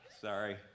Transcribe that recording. Sorry